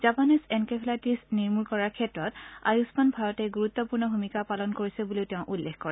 Japanese encephalitis নিৰ্মল কৰাৰ ক্ষেত্ৰত আয়ুগ্মান ভাৰতে গুৰুত্পূৰ্ণ ভূমিকা পালন কৰিছে বুলি তেওঁ উল্লেখ কৰে